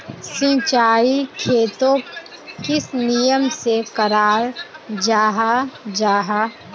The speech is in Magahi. सिंचाई खेतोक किस नियम से कराल जाहा जाहा?